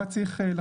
מה צריך לחצות,